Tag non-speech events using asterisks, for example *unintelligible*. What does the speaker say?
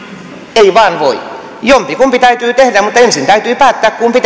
ei vain voi jompikumpi täytyy tehdä mutta ensin täytyy päättää kumpi *unintelligible*